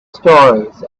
stories